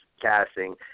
casting